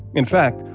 in fact,